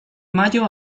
mayo